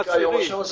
בדיקה יום 12,